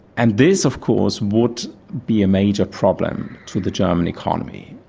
and this of course would be a major problem to the german economy,